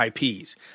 IPs